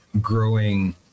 growing